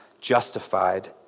justified